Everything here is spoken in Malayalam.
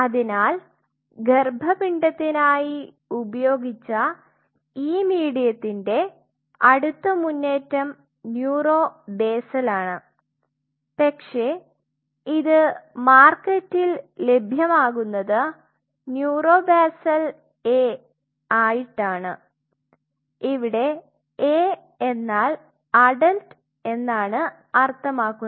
അതിനാൽ ഗര്ഭപിണ്ഡത്തിനായി ഉപയോഗിച്ച ഈ മീഡിയത്തിന്റെ അടുത്ത മുന്നേറ്റം ന്യൂറോ ബേസലാണ് പക്ഷേ ഇത് മാർകെറ്റിൽ ലഭ്യമാകുന്നത് ന്യൂറോ ബാസൽ A ആയിട്ടാണ് ഇവിടെ A എന്നാൽ അഡൽറ്റ് എന്നാണ് അർത്ഥമാകുന്നത്